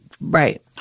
Right